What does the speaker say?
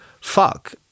fuck